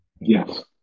Yes